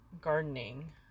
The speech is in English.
gardening